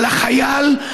על החייל,